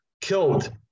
killed